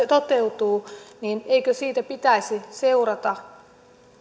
toteutuu niin eikö siitä pitäisi seurata